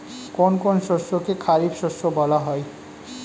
কোন কোন শস্যকে খারিফ শস্য বলা হয়?